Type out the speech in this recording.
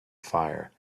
fire